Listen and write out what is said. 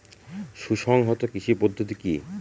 সুসংহত কৃষি পদ্ধতি কি?